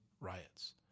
riots